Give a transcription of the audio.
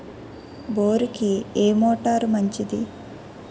బోరుకి ఏ మోటారు మంచిది?